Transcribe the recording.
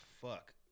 Fuck